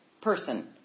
person